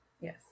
Yes